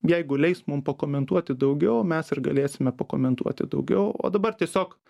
jeigu leis mum pakomentuoti daugiau mes ir galėsime pakomentuoti daugiau o dabar tiesiog